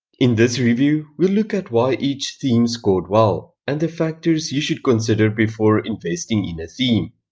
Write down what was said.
in this review, we'll look at why each theme scored well and the factors you should consider before investing in a theme.